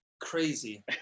crazy